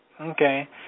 Okay